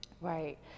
Right